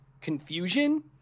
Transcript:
confusion